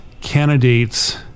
candidates